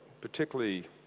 particularly